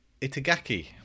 Itagaki